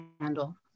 handle